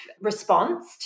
response